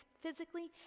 physically